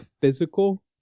physical